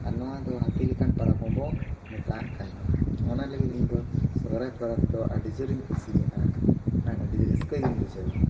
ᱟᱨ ᱱᱚᱣᱟ ᱫᱚ ᱦᱟᱹᱛᱤ ᱞᱮᱠᱟᱱ ᱯᱟᱨᱟᱵᱽ ᱦᱚᱸᱵᱚ ᱢᱮᱛᱟᱣᱟᱜ ᱠᱟᱱᱟ ᱚᱱᱟ ᱞᱟᱜᱤᱫ ᱤᱧ ᱫᱚ ᱥᱚᱦᱨᱟᱭ ᱯᱟᱨᱟᱵᱽ ᱫᱚ ᱟᱹᱰᱤᱡᱳᱨᱤᱧ ᱠᱩᱥᱤᱭᱟᱜᱼᱟ ᱟᱨ ᱟᱹᱰᱤ ᱨᱟᱹᱥᱠᱟᱹᱜᱤᱧ ᱵᱩᱡᱷᱟᱹᱣᱟ